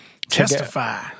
Testify